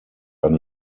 eine